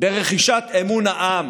ברכישת אמון העם,